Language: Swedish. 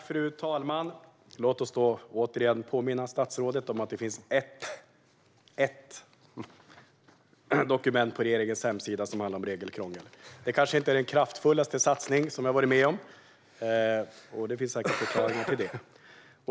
Fru talman! Låt oss återigen påminna statsrådet om att det bara finns ett enda dokument på regeringens hemsida som handlar om regelkrångel. Det kanske inte är den kraftfullaste satsning som jag har varit med om, och det finns säkert förklaringar till det.